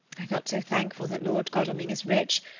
i felt so thankful that lord godalming is rich,